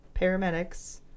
paramedics